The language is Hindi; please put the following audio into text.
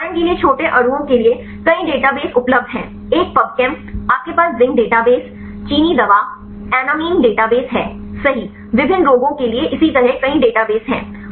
उदाहरण के लिए छोटे अणुओं के लिए कई डेटाबेस उपलब्ध हैं एक पबकेम आपके पास जिंक डेटाबेस चीनी दवा एनामिन डेटाबेस है सही विभिन्न रोगों के लिए इसी तरह कई डेटाबेस हैं